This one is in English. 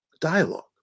dialogue